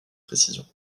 précision